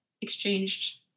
exchanged